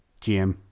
GM